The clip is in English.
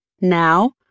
Now